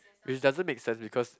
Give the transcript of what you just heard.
which doesn't make sense because